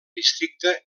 districte